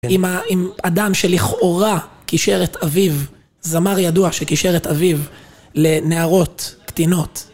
עם אדם שלכאורה קישר את אביו, זמר ידוע שקישר את אביו לנערות קטינות.